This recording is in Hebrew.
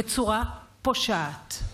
בצורה פושעת.